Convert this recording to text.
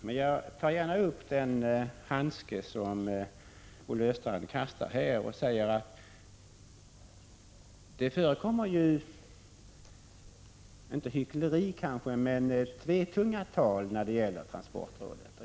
Men jag tar gärna upp den handske som Olle Östrand kastar här när han säger att det förekommer, om inte hyckleri, så dock tvetungat tal om transportrådet.